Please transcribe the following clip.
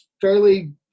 fairly